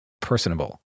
personable